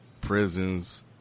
prisons